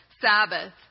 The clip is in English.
Sabbath